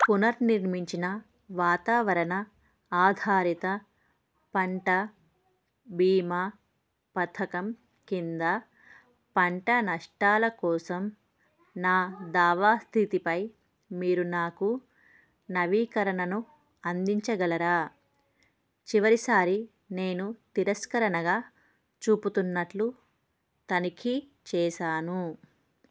పునర్నిర్మించిన వాతావరణ ఆధారిత పంట బీమా పథకం కింద పంట నష్టాల కోసం నా దావా స్థితిపై మీరు నాకు నవీకరణను అందించగలరా చివరిసారి నేను తిరస్కరణగా చూపుతున్నట్లు తనిఖీ చేశాను